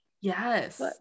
yes